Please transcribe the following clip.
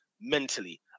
mentally